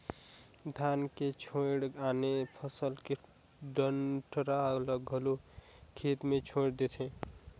धान के छोयड़ आने फसल के डंठरा ल घलो खेत मे छोयड़ देथे